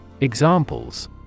Examples